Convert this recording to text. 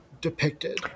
depicted